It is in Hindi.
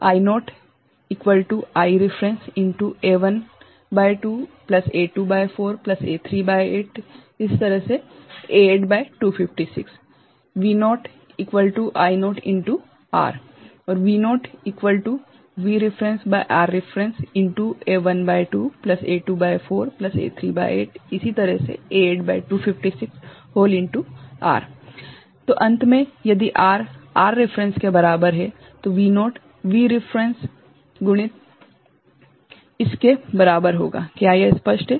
तो अंत में यदि R R रेफेरेंस के बराबर है तो V0 V रेफेरेंस गुणित इसके बराबर होगा क्या यह स्पष्ट है